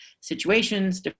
situations